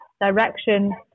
direction